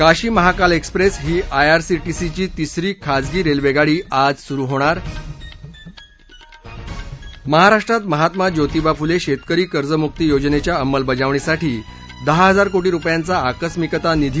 Kashi Mahakal express ही आयआरसी शिंदीची तिसरी खाजगी रेल्वेगाडी आज सुरू होणार महाराष्ट्रात महात्मा ज्योतिबा फुले शेतकरी कर्जमुक्ती योजनेच्या अंमलबजावणीसाठी दहा हजार कोटी रुपयांचा आकस्मिकता निधी